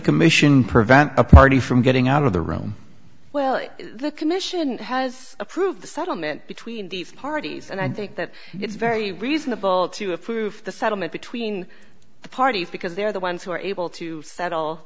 commission prevent a party from getting out of the room well the commission has approved the settlement between the parties and i think that it's very reasonable to approve the settlement between the parties because they're the ones who are able to settle